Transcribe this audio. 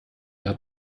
ihr